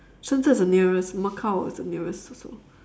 shenzhen is the nearest macau is the nearest also